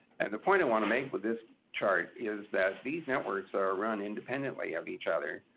and the point i want to make with this chart is that these networks are run independently of each other.